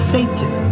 Satan